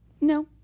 No